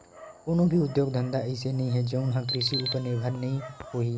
कोनो भी उद्योग धंधा अइसे नइ हे जउन ह कृषि उपर निरभर नइ होही